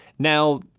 Now